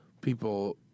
People